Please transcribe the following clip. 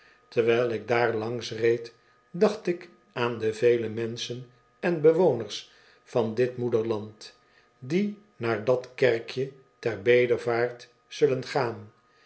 terwijl ik daar langs reed dacht ik aan de vele menschen en bewoners van dit moederland die naar dat kerkje ter bedevaart zullen gaan